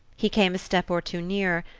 he came a step or two nearer,